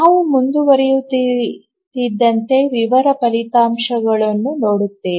ನಾವು ಮುಂದುವರಿಯುತ್ತಿದ್ದಂತೆ ವಿವರ ಫಲಿತಾಂಶಗಳನ್ನು ನೋಡುತ್ತೇವೆ